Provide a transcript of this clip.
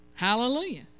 Hallelujah